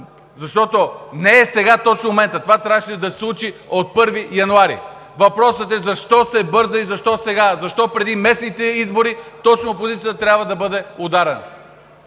защото не е сега точно моментът. Това трябваше да се случи от 1 януари. Въпросът е защо се бърза и защо сега, защо преди местните избори точно опозицията трябва да бъде ударена?